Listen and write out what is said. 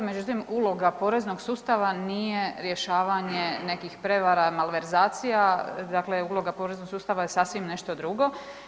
Međutim, uloga poreznog sustava nije rješavanje nekih prevara i malverzacija, dakle uloga poreznog sustava je sasvim nešto drugo.